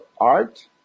art